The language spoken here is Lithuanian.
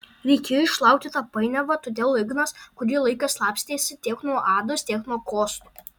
reikėjo išlaukti tą painiavą todėl ignas kurį laiką slapstėsi tiek nuo ados tiek nuo kosto